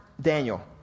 Daniel